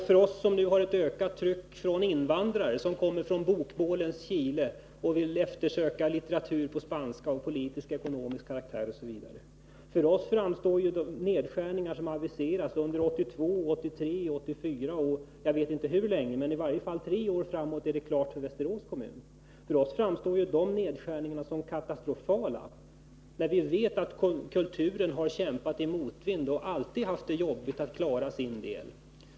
För oss som nu har ett ökat tryck från invandrare vilka kommer från bokbålens Chile och vill efterfråga litteratur på spanska, av politisk och ekonomisk karaktär m.m., framstår aviserade nedskärningar för 1982, 1983, 1984 — jag vet inte hur många år det gäller, men i varje fall för tre år framåt är det klart för Västerås kommun — som katastrofala. Vi vet ju att kulturen har kämpat i motvind och alltid haft det jobbigt att klara sin del.